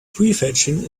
prefetching